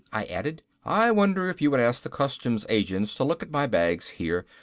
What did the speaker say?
i added, i wonder if you would ask the customs agents to look at my bags here.